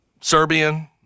Serbian